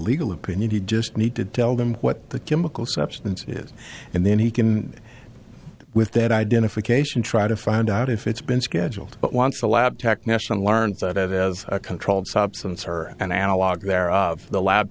legal opinion you just need to tell him what the chemical substance is and then he can with that identification try to find out if it's been scheduled but once a lab technician learns that it is a controlled substance or an analog there of the lab